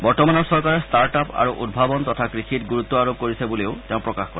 বৰ্তমানৰ চৰকাৰে start up আৰু উদ্ভাৱন তথা কৃষিত গুৰুত্ব আৰোপ কৰিছে বুলিও তেওঁ প্ৰকাশ কৰে